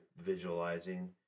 visualizing